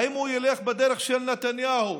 האם הוא ילך בדרך של נתניהו,